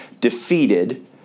defeated